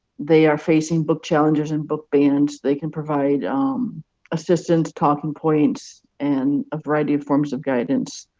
they are facing book challenges and book bans. they can provide assistance, talking points, and a variety of forms of guidance.